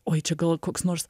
oi čia gal koks nors